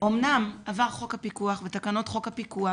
אומנם עבר חוק הפיקוח ותקנות חוק הפיקוח,